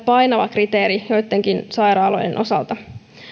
painava kriteeri joidenkin sairaaloiden osalta